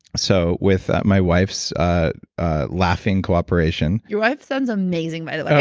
so with my wife's ah ah laughing cooperation your wife sounds amazing, by the way.